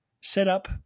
setup